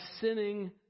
sinning